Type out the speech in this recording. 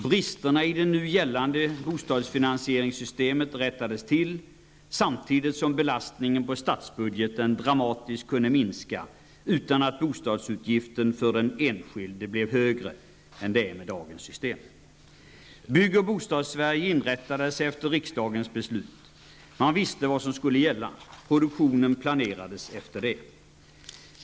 Bristerna i det nu gällande bostadsfinansieringssystemet rättades till, samtidigt som belastningen på statsbudgeten dramatiskt kunde minska utan att bostadsutgiften för den enskilde blev högre än med dagens system. Bygg och Bostadssverige inrättade sig efter riksdagens beslut. Man visste vad som skulle gälla.